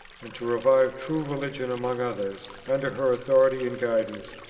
and to revive true religion among others, under her authority and guidance,